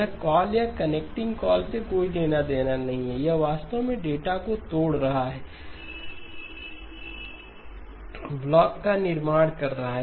यह कॉल या connecting call से कोई लेना देना नहीं है यह वास्तव में डेटा को तोड़ रहा है ब्लॉक का निर्माण है